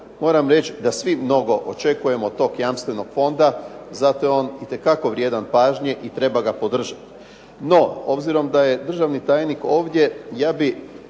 moram reći da svi mnogo očekujemo od tog jamstvenog fonda. Zato je on itekako vrijedan pažnje i treba ga podržati. No, obzirom da je državni tajnik ovdje ja bih